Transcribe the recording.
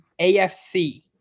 afc